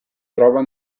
trova